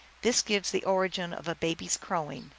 this gives the origin of a baby s crowing.